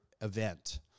event